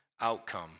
outcome